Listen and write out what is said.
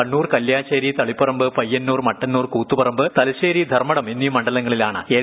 കണ്ണൂർ കല്ല്യാശ്ശേരിതളിപറമ്പ്പയ്യന്നൂർ മട്ടന്നൂർ കൂത്തുപറമ്പ് തലശ്ശേരി ധർമ്മടം എന്നീ മണ്ഡലങ്ങളിലാണ് എൽ